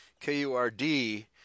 K-U-R-D